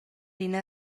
ina